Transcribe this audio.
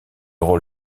rôle